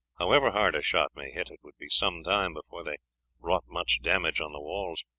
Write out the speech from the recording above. however hard a shot may hit, it would be some time before they wrought much damage on the walls.